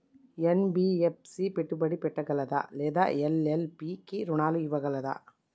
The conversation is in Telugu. ఎన్.బి.ఎఫ్.సి పెట్టుబడి పెట్టగలదా లేదా ఎల్.ఎల్.పి కి రుణాలు ఇవ్వగలదా?